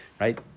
right